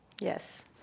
Yes